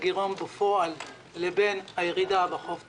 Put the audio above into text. הגירעון בפועל לבין הירידה בחוב תוצר.